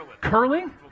Curling